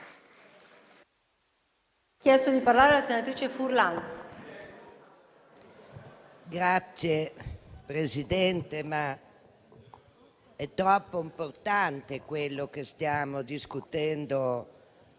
Signora Presidente, è troppo importante quello che stiamo discutendo per